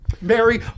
mary